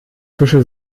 büschel